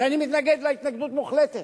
שאני מתנגד לה התנגדות מוחלטת,